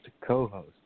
co-host